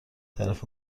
طرف